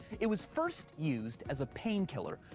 it was first used as a painkiller,